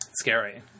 Scary